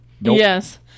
Yes